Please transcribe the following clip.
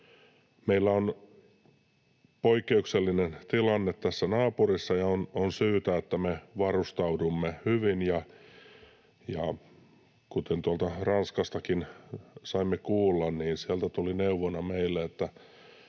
Meillä on poikkeuksellinen tilanne tässä naapurissa, ja on syytä, että me varustaudumme hyvin. Kuten tuolta Ranskastakin saimme kuulla, sieltä tuli neuvona meille, että